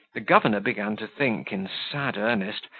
the governor began to think, in sad earnest,